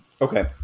Okay